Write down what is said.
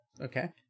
Okay